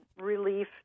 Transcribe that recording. relief